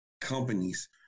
companies